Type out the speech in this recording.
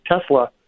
Tesla